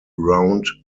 round